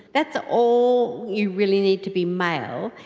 that's all you really need to be male.